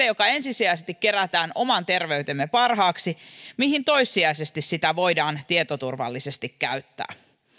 joka ensisijaisesti kerätään oman terveytemme parhaaksi mihin toissijaisesti sitä voidaan tietoturvallisesti käyttää